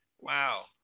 Wow